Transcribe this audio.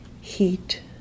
heat